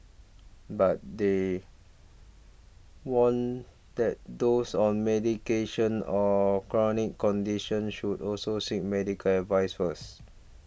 but they warn that those on medication or chronic conditions should also seek medical advice first